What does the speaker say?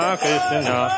Krishna